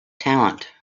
talent